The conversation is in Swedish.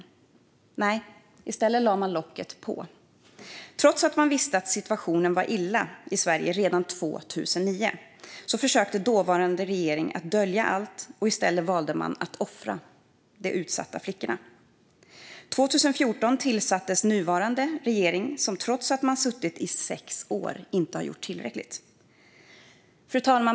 Nej, i stället lade man locket på. Trots att man visste att situationen var illa i Sverige redan 2009 försökte dåvarande regering att dölja allt. I stället valde man att offra de utsatta flickorna. Den nuvarande regeringen tillträdde 2014, och trots att man suttit i sex år har man inte gjort tillräckligt.